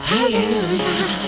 Hallelujah